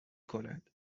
کند